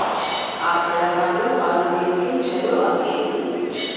ಆಕಳ ಹಾಲು ಆರೋಗ್ಯಕ್ಕೆ ಛಲೋ ಆಕ್ಕೆತಿ?